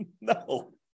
No